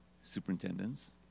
superintendents